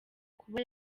kuba